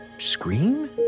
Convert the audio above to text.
Scream